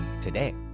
today